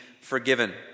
forgiven